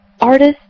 artist